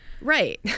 right